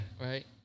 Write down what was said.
right